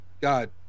God